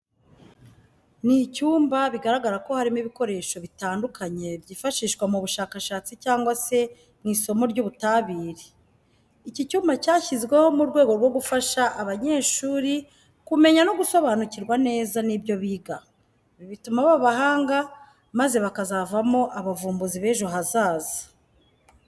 Ni icyumba bigaragara ko harimo ibikoresho bitandukanye byifashishwa mu bushakashatsi cyangwa se mu isomo ry'ubutabire. Iki cyumba cyashyizweho mu rwego rwo gufasha abanyeshuri kumenya no gusobanukirwa neza n'ibyo biga. Ibi bituma baba abahanga maze bakazavamo abavumbuzi b'ejo hazaza.